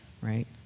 right